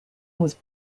was